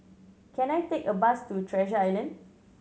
can I take a bus to Treasure Island